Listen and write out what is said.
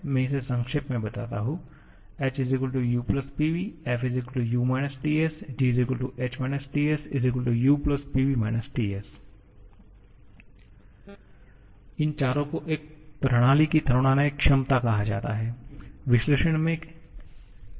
मैं इसे संक्षेप में बताता हूं h u Pv f u − Ts g h − Ts u Pv − Ts और इन चारों को एक प्रणाली की थर्मोडायनामिक क्षमता कहा जाता है